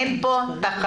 אין פה תחרות.